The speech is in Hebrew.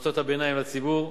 הביניים לציבור.